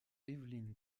evelyn